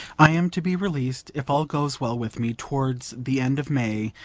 i am to be released, if all goes well with me, towards the end of may,